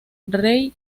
rey